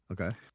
Okay